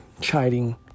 chiding